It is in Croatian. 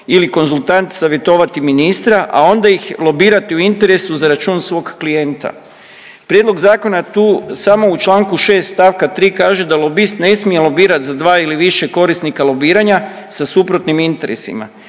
ili konzultant savjetovati ministra, a onda ih lobirati u interesu za račun svog klijenta. Prijedlog zakona tu samo u čl. 6. st. 3. kaže da lobist ne smije lobirat za dva ili više korisnika lobiranja sa suprotnim interesima,